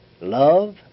love